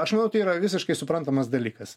aš manau tai yra visiškai suprantamas dalykas